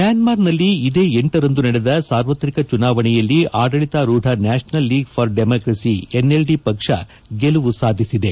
ಮ್ಯಾನ್ಮಾರ್ನಲ್ಲಿ ಇದೇ ಲ ರಂದು ನಡೆದ ಸಾರ್ವತ್ರಿಕ ಚುನಾವಣೆಯಲ್ಲಿ ಆಡಳಿತಾರೂಥ national league for democracy NLD ಪಕ್ಷ ಗೆಲುವು ಸಾಧಿಸಿದೆ